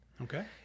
Okay